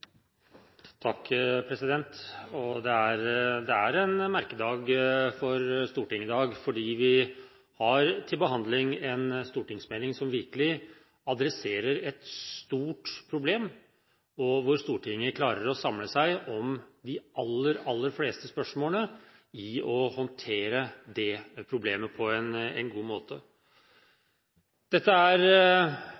en merkedag for Stortinget i dag, fordi vi har til behandling en stortingsmelding som virkelig adresserer et stort problem, og hvor Stortinget klarer å samle seg om de aller, aller fleste spørsmålene i å håndtere det problemet på en god måte.